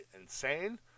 insane